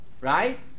right